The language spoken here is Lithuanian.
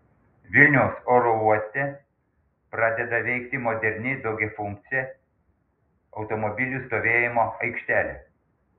vilniaus oro uoste pradeda veikti moderni daugiafunkcė automobilių stovėjimo aikštelė